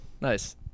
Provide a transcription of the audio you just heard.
Nice